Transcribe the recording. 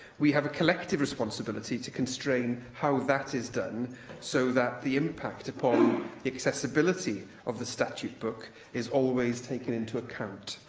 we have a collective responsibility to constrain how that is done so that the impact upon the accessibility of the statute book is always taken into account.